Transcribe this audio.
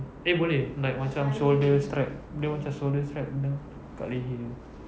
eh boleh like macam shoulder strap dia macam shoulder strap dia dekat leher